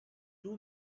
two